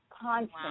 constant